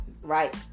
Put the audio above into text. right